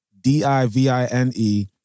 D-I-V-I-N-E